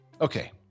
Okay